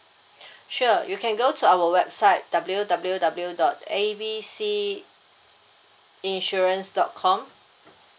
sure you can go to our website W_W_W dot A B C insurance dot com